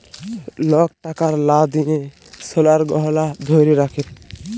lock টাকার লা দিঁয়ে সলার গহলা ধ্যইরে রাখে